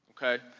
okay?